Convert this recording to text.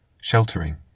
sheltering